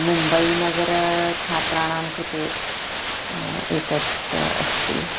मुम्बैनगरछात्राणां कृते एतत् अस्ति